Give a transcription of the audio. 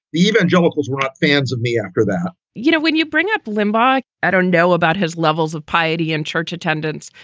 evangelicals were ah fans of me after that you know, when you bring up limbaugh i don't know about his levels of piety and church attendance.